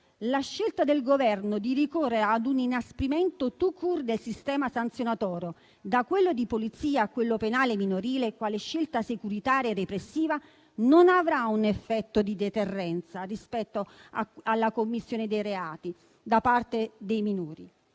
La scelta del Governo di ricorrere ad un inasprimento *tout court* del sistema sanzionatorio da quello di Polizia a quello penale minorile quale scelta securitaria e repressiva non avrà un effetto di deterrenza rispetto alla commissione dei reati da parte dei minori.